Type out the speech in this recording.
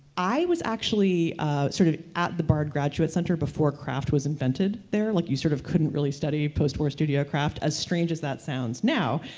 i was actually sort of at the bard graduate center before craft was invented there? like, you sort of couldn't really study post-war studio craft, as strange as that sounds now.